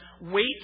Wait